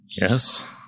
yes